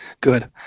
Good